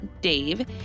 Dave